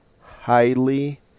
highly